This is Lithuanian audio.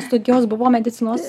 studijos buvo medicinos